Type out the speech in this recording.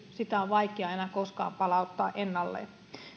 sitä on vaikea enää koskaan palauttaa ennalleen